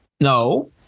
No